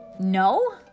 No